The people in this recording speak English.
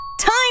Time